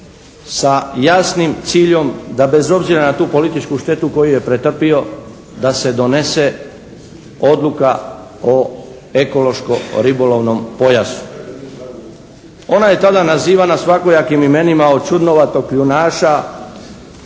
sa jasnim ciljem da bez obzira na tu političku štetu koju je pretrpio da se donese odluka o ekološko-ribolovnom pojasu. Ona je tada nazivana svakojakim imenima od čudnovatog kljunaša